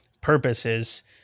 purposes